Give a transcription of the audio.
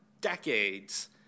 decades